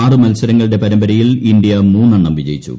ആറ് മൽസരങ്ങളുടെ പരമ്പരയിൽ ഇന്ത്യ മൂന്നെണ്ണം വിജയിച്ചു